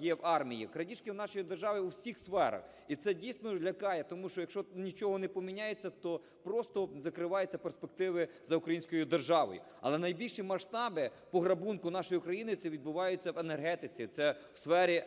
є в армії. Крадіжки в нашій державі в усіх сферах, і це, дійсно, лякає, тому що якщо нічого не поміняється, то просто закриваються перспективи за українською державою. Але найбільші масштаби пограбунку нашої України це відбувається в енергетиці, це в сфері